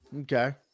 Okay